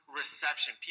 reception